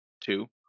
two